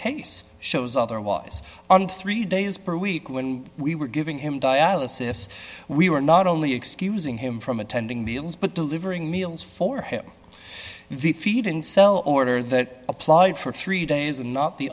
case shows otherwise on three days per week when we were giving him dialysis we were not only excusing him from attending meals but delivering meals for him the feed in cell order that applied for three days and